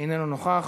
איננו נוכח.